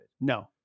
No